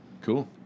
Cool